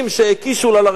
לרכבת הקלה הזאת,